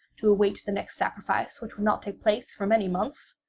to await the next sacrifice, which would not take place for many months?